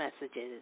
messages